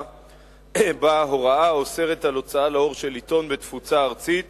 בה הוראה האוסרת הוצאה לאור של עיתון בתפוצה ארצית